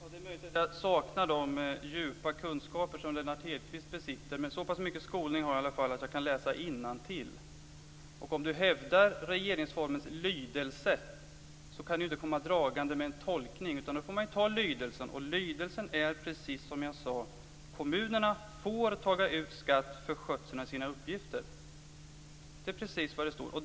Fru talman! Det är möjligt att jag saknar de djupa kunskaper som Lennart Hedquist besitter. Men så pass mycket skolning har jag i alla fall att jag kan läsa innantill. Om du hävdar regeringsformens lydelse kan du inte komma dragande med en tolkning. Då får man ta lydelsen. Lydelsen är precis som jag sade: "Kommunerna får taga ut skatt för skötseln av sina uppgifter." Det är precis vad det står.